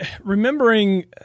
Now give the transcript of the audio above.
remembering